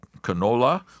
canola